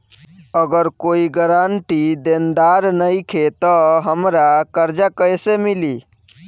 अगर कोई गारंटी देनदार नईखे त हमरा कर्जा कैसे मिली?